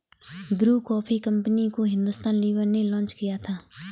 Bru coffee company को Hindustan Lever ने launch किया था